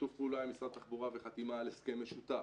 שיתוף הפעולה עם משרד התחבורה וחתימה על הסכם משותף